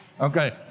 okay